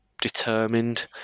determined